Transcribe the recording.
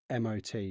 MOT